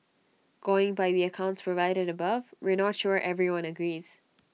going by the accounts provided above we're not sure everyone agrees